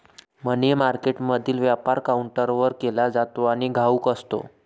मनी मार्केटमधील व्यापार काउंटरवर केला जातो आणि घाऊक असतो